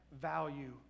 value